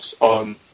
on